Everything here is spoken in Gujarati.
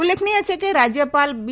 ઉલ્લેખનીય છે કે રાજ્યપાલ બી